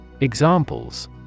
Examples